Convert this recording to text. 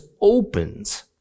opens